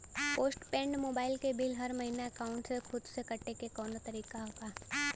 Post paid mobile क bill हर महिना एकाउंट से खुद से कटे क कौनो तरीका ह का?